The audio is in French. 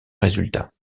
résultats